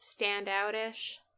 Standout-ish